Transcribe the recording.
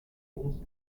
años